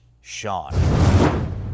Sean